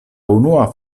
unua